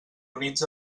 units